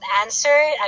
answer